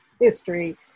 history